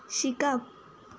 शिकप